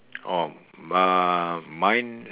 oh uh mine